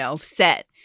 set